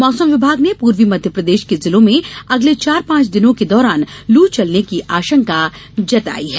मौसम विभाग ने पूर्वी मध्यप्रदेश के जिलों में अगले चार पांच दिन के दौरान लू चलने की आशंका जताई है